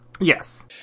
yes